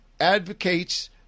advocates